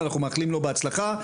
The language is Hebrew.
אנחנו מאחלים לו בהצלחה.